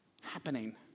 happening